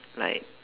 like